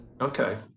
Okay